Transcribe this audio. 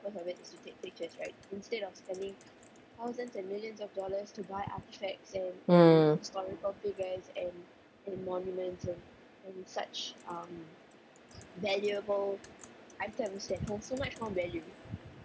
mm